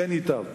כן ייטב.